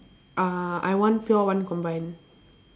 uh I one pure one combined